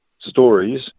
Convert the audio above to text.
stories